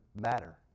matter